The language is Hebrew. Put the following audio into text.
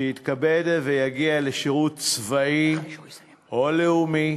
שיתכבד ויגיע לשירות צבאי, או לאומי,